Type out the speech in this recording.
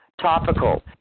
topical